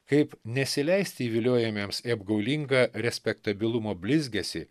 kaip nesileisti įviliojamiems į apgaulinga respektabilumo blizgesį